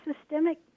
systemic